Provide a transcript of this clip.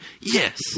Yes